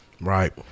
Right